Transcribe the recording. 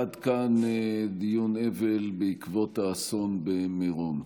עד כאן דיון אבל בעקבות האסון במירון.